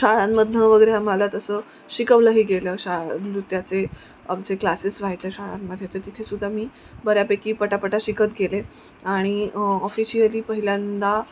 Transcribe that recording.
शाळांमधून वगैरे आम्हाला तसं शिकवलंही गेलं शाळा नृत्याचे आमचे क्लासेस व्हायचे शाळांमध्ये तर तिथेसुद्धा मी बऱ्यापैकी पटापटा शिकत गेले आणि ऑफिशियली पहिल्यांदा